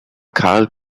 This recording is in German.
karl